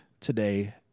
today